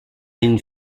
une